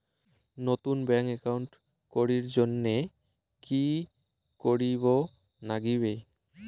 নতুন bank account করির জন্যে কি করিব নাগিবে?